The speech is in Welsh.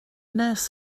nes